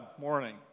morning